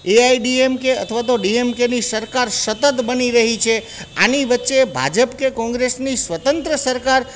એઆઈડીએમકે અથવા તો ડીએમકેની સરકાર સતત બની રહી છે આની વચ્ચે ભાજપ કે કોંગ્રેસની સ્વતંત્ર સરકાર